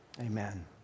Amen